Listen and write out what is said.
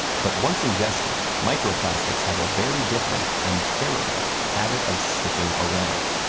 but once ingested, microplastics have a very different and terrible habit of sticking around.